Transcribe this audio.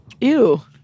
Ew